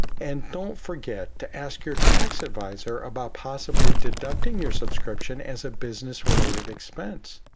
and don't forget to ask your tax advisor about possibly deducting your subscription as a business related expense.